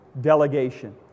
delegation